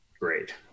great